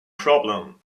problem